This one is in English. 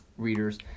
Readers